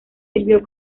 sirvió